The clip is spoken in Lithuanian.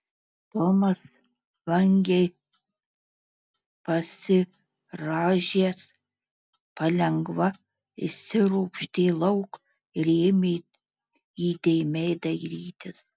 tomas vangiai pasirąžęs palengva išsiropštė lauk ir ėmė įdėmiai dairytis